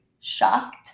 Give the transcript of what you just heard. shocked